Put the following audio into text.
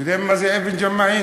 אתה יודעים מה זה אבן ג'מעין?